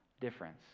difference